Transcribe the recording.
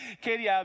Katie